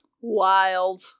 wild